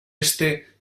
este